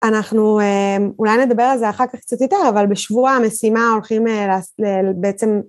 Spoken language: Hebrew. אנחנו אולי נדבר על זה אחר כך קצת יותר אבל בשבוע המשימה הולכים בעצם...